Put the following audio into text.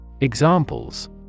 Examples